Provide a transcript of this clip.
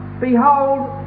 behold